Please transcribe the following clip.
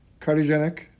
cardiogenic